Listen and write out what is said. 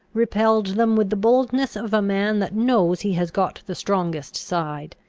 repelled them with the boldness of a man that knows he has got the strongest side.